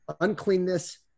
uncleanness